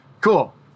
cool